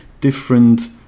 different